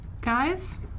Guys